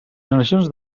generacions